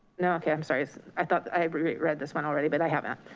no, okay. i'm sorry i thought i read read this one already, but i haven't.